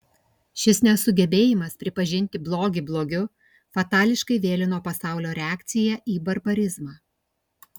šis nesugebėjimas pripažinti blogį blogiu fatališkai vėlino pasaulio reakciją į barbarizmą